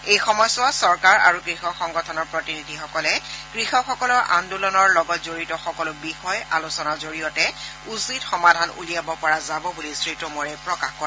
এই সময়ছোৱাত চৰকাৰ আৰু কৃষক সংগঠনৰ প্ৰতিনিধিসকলে কৃষকসকলৰ আন্দোলনৰ লগত জড়িত সকলো বিষয় আলোচনাৰ জৰিয়তে উচিত সমাধান উলিয়াব পৰা যাব বুলি শ্ৰীটোমৰে প্ৰকাশ কৰে